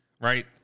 Right